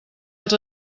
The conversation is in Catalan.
els